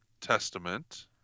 Testament